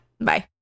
Bye